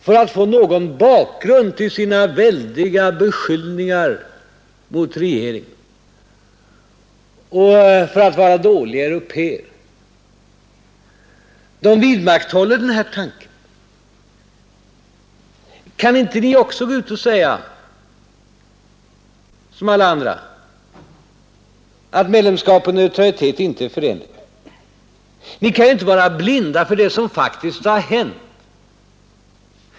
För att få någon bakgrund till sina väldiga beskyllningar mot regeringen för att vara dåliga européer vidmakthåller moderaterna den här tanken. Kan inte ni också gå ut och säga som alla andra att medlemskap och neutralitet inte är förenliga? Ni kan inte vara blinda för det som faktiskt har hänt.